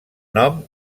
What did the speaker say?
nom